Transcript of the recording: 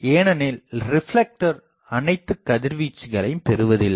ஏனெனில் ரிப்லெக்டர் அனைத்து கதிர்வீச்சுகளையும் பெறுவதில்லை